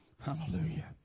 Hallelujah